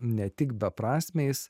ne tik beprasmiais